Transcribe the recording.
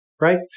right